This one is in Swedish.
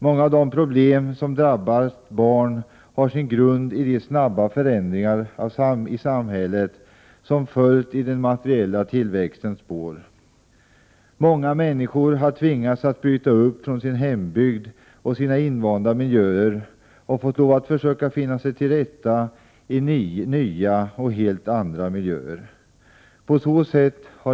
Många av de problem som drabbat barnen har sin grund i de snabba förändringar i samhället som följt i den materiella tillväxtens spår. Många människor har tvingats bryta upp från sin hembygd och sin invanda miljö och fått lov att finna sig till rätta i nya och helt andra miljöer.